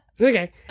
okay